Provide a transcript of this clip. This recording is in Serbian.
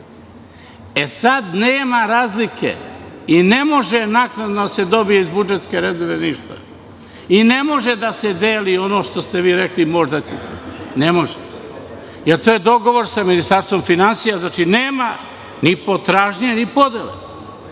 nema razlike, i ne može naknadno da se dobije iz budžetske rezerve ništa. Ne može da se deli ono što ste vi rekli moda će se. Ne može. Dogovor sa Ministarstvom finansija nema ni potražnje ni podrške.